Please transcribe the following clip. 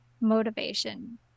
motivation